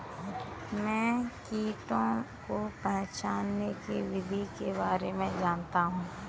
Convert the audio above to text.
मैं कीटों को पहचानने की विधि के बारे में जनता हूँ